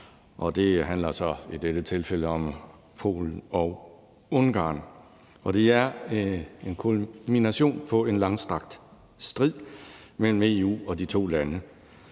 det handler så i dette tilfælde om Polen og Ungarn, og det er en kulmination på en langvarig strid mellem EU og de to lande.